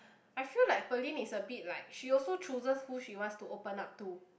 I feel like Pearlyn is a bit like she also chooses who she wants to open up to